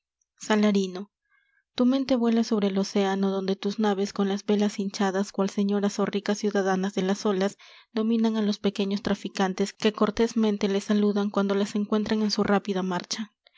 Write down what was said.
salarino tu mente vuela sobre el océano donde tus naves con las velas hinchadas cual señoras ó ricas ciudadanas de las olas dominan á los pequeños traficantes que cortésmente les saludan cuando las encuentran en su rápida marcha